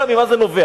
אלא, ממה זה נובע?